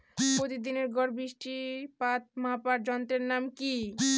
প্রতিদিনের গড় বৃষ্টিপাত মাপার যন্ত্রের নাম কি?